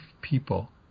people